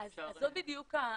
זו בדיוק השאלה,